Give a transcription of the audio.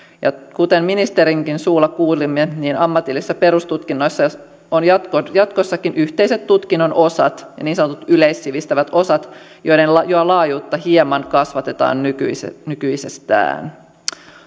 kuten ministerinkin suulla kuulimme ammatillisissa perustutkinnoissa on jatkossakin yhteiset tutkinnon osat niin sanotut yleissivistävät osat joiden laajuutta hieman kasvatetaan nykyisestään